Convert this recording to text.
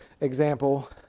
example